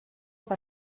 per